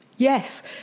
Yes